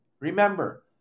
Remember